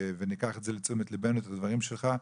ואנחנו וניקח לתשומת ליבנו את הדברים שלך.